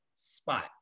spot